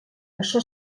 això